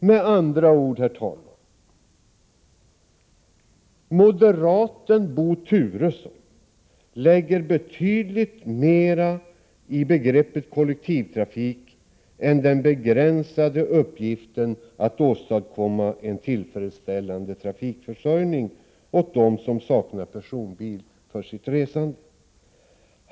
Med andra ord, herr talman: Moderaten Bo Turesson lade betydligt mer i begreppet kollektivtrafik än den begränsade uppgiften att åstadkomma en tillfredsställande trafikförsörjning åt dem som saknar personbil för sitt resande.